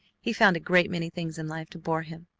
he found a great many things in life to bore him.